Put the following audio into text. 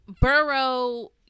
borough